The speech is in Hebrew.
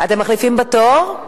אתם מחליפים בתור?